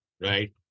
Right